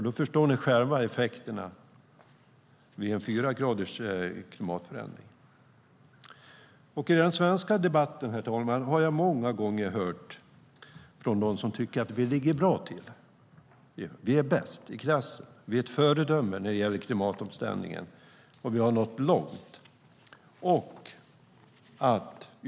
Då förstår ni själva effekterna vid fyra graders klimatförändring. Herr talman! I den svenska debatten har jag många gånger hört från dem som tycker att vi ligger bra till, att vi är bäst i klassen, att vi är ett föredöme när det gäller klimatomställning och att vi har nått långt.